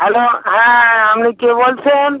hello হ্যা আপনি কে বলছেন